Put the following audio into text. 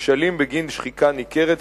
בכשלים בגין שחיקה ניכרת,